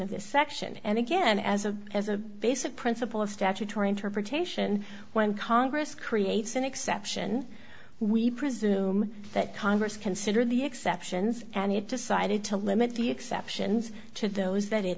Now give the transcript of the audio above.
of this section and again as a as a basic principle of statutory interpretation when congress creates an exception we presume that congress considered the exceptions and it decided to limit the exceptions to those that it